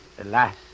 Alas